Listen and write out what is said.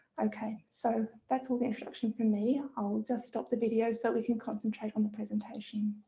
okay, so that's all the introduction for me i'll just stop the video so we can concentrate on the presentation.